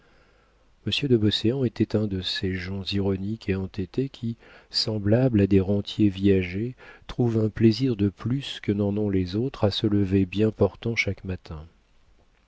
de beauséant était un de ces gens ironiques et entêtés qui semblables à des rentiers viagers trouvent un plaisir de plus que n'en ont les autres à se lever bien portants chaque matin